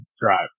drive